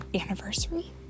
anniversary